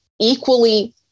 equally